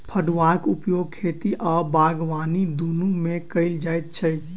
फड़ुआक उपयोग खेती आ बागबानी दुनू मे कयल जाइत अछि